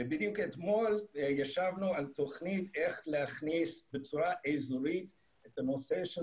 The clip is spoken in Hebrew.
בדיוק אתמול ישבנו על תוכנית איך להכניס את הנושא של